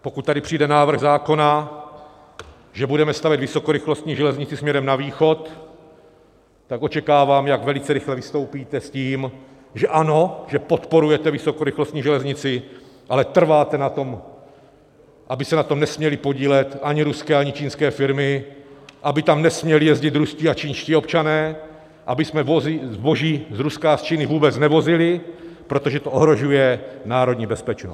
Pokud tady přijde návrh zákona, že budeme stavět vysokorychlostní železnici směrem na východ, tak očekávám, jak velice rychle vystoupíte s tím, že ano, že podporujete vysokorychlostní železnici, ale trváte na tom, aby se na tom nesměly podílet ani ruské, ani čínské firmy, aby tam nesměli jezdit ruští a čínští občané, abychom zboží z Ruska a z Číny vůbec nevozili, protože to ohrožuje národní bezpečnost.